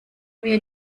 wir